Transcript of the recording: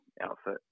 outfit